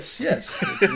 yes